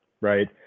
right